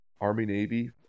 Army-Navy